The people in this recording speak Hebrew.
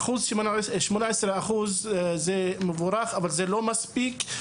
18% זה מבורך אבל זה לא מספיק.